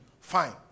Fine